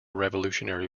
revolutionary